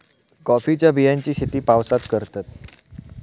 कॉफीच्या बियांची शेती पावसात करतत